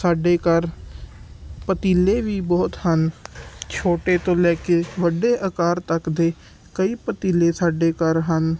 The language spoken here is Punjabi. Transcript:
ਸਾਡੇ ਘਰ ਪਤੀਲੇ ਵੀ ਬਹੁਤ ਹਨ ਛੋਟੇ ਤੋਂ ਲੈ ਕੇ ਵੱਡੇ ਆਕਾਰ ਤੱਕ ਦੇ ਕਈ ਪਤੀਲੇ ਸਾਡੇ ਘਰ ਹਨ